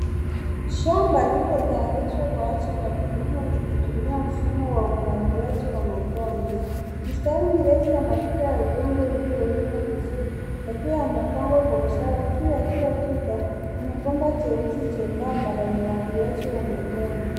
Shamba lililotayarishwa kwa ajili ya kilimo likitumia mfumo wa umwagiliaji wa matone . Mistari mirefu yamepita udongo uliolimwa vizuri yakiwa yamepangwa kwa usawa. Juu ya kila tuta, kuna bomba jeusi jembamba cha umwagiliaji wa matone.